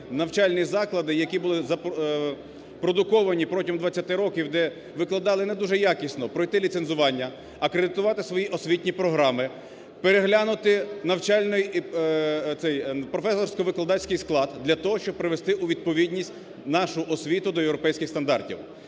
навчальні заклади, які були продуковані протягом 20 років, де викладали не дуже якісно, пройти ліцензування, акредитувати свої освітні програми, переглянути навчальний і професорсько-викладацький склад. Для того, щоб привести у відповідність нашу освіту до європейський стандартів.